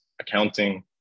accounting